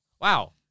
wow